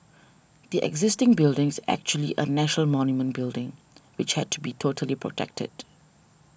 the existing building is actually a national monument building which had to be totally protected